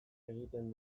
egiten